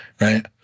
right